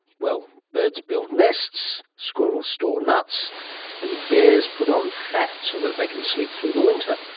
well, birds build nests, squirrels store nuts and bears put on fat so that they can sleep through the winter.